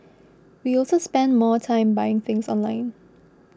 we also spend more time buying things online